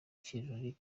kirori